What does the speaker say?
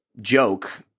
joke